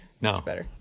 No